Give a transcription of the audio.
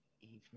evening